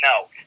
no